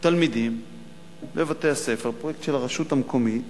תלמידים מבתי-הספר, פרויקט של הרשות המקומית